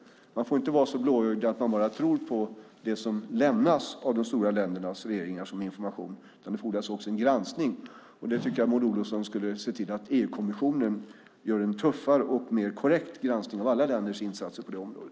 Man får inte vara så blåögd att man bara tror på det som lämnas av de stora ländernas regeringar som information, utan det fordras också granskning. Jag tycker att Maud Olofsson skulle se till att EU-kommissionen gör en tuffare och mer korrekt granskning av alla länders insatser på det området.